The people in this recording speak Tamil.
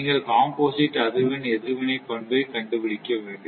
நீங்கள் காம்போசிட் அதிர்வெண் எதிர்வினை பண்பை கண்டுபிடிக்க வேண்டும்